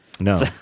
No